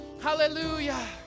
Hallelujah